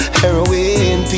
heroin